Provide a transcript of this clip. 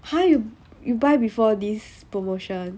!huh! you you buy before this promotion